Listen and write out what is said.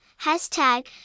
hashtag